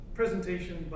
presentation